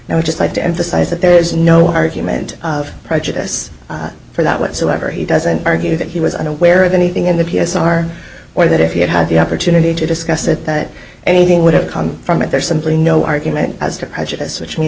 i would just like to emphasize that there is no argument of prejudice for that whatsoever he doesn't argue that he was unaware of anything in the p s r or that if he had had the opportunity to discuss it that anything would have come from it there's simply no argument as to which means